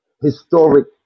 Historic